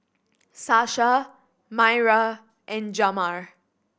Sasha Myra and Jamar